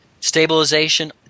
stabilization